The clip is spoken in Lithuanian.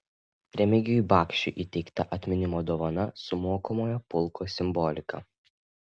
remigijui bakšiui įteikta atminimo dovana su mokomojo pulko simbolika